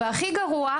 והכי גרוע,